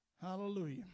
hallelujah